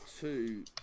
two